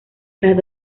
las